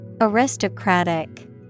aristocratic